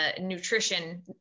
nutrition